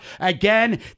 again